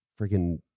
freaking